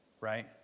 right